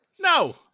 No